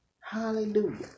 Hallelujah